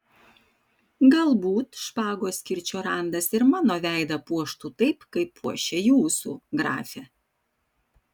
galbūt špagos kirčio randas ir mano veidą puoštų taip kaip puošia jūsų grafe